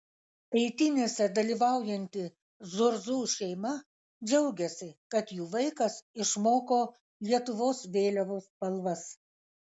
eitynėse dalyvaujanti zurzų šeima džiaugiasi kad jų vaikas išmoko lietuvos vėliavos spalvas